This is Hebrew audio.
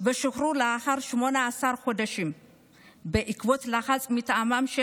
ושוחררו לאחר 18 חודשים בעקבות לחץ מטעמם של